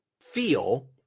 feel